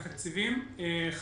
אנחנו יכולים להתייחס.